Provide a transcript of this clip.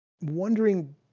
wondering